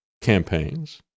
campaigns